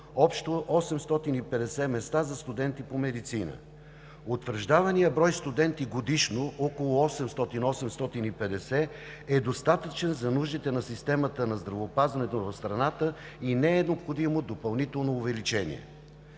общо 850 места за студенти по медицина. Утвърждаваният брой студенти годишно около 800 – 850, е достатъчен за нуждите на системата на здравеопазването в страната и не е необходимо допълнително увеличение.